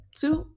two